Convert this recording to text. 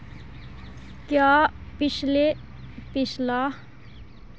क्या पिछले पिछला